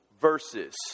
verses